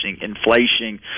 inflation